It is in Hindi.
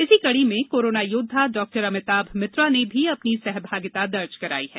इसी कड़ी में कोरोना योद्वा डॉ अमिताभ मित्रा ने भी अपनी सहभागिता दर्ज कराई है